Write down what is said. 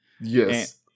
yes